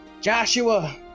Joshua